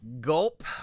Gulp